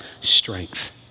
strength